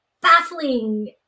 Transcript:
baffling